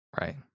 Right